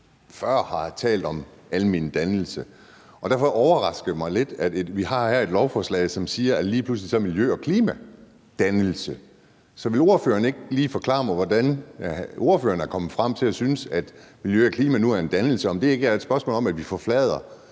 før har talt om almen dannelse, og derfor overrasker det mig lidt, at vi her har et lovforslag, som siger, at lige pludselig er miljø og klima dannelse. Så vil ordføreren ikke lige forklare mig, hvordan ordføreren er kommet frem til at synes, at miljø og klima nu er dannelse? Er det ikke et spørgsmål om, at vi forfladiger